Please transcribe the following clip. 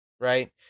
Right